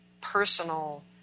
personal